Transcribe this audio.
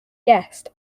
guest